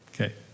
Okay